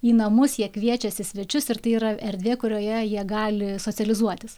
į namus jie kviečiasi svečius ir tai yra erdvė kurioje jie gali socializuotis